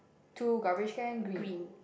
two garbage can green